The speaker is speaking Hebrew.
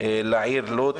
לעיר לוד,